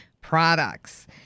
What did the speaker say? products